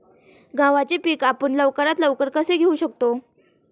गव्हाचे पीक आपण लवकरात लवकर कसे घेऊ शकतो?